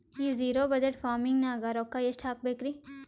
ಈ zero budget farming ನಾಗ್ ರೊಕ್ಕ ಎಷ್ಟು ಹಾಕಬೇಕರಿ?